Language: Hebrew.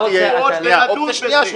אני מצטער מאוד.